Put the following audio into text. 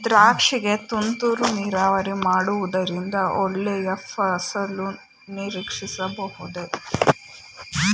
ದ್ರಾಕ್ಷಿ ಗೆ ತುಂತುರು ನೀರಾವರಿ ಮಾಡುವುದರಿಂದ ಒಳ್ಳೆಯ ಫಸಲು ನಿರೀಕ್ಷಿಸಬಹುದೇ?